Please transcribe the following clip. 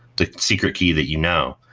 the secret key that you know.